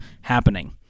happening